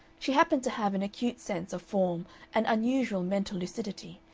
she happened to have an acute sense of form and unusual mental lucidity,